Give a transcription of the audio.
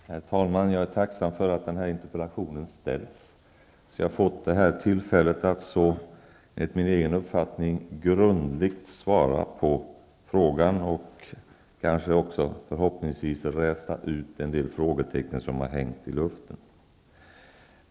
Herr talman! Jag är tacksam för att den här interpellationen har framställts så att jag har fått detta tillfälle att -- enligt min egen uppfattning -- grundligt svara på frågan och förhoppningsvis också räta ut en del frågetecken.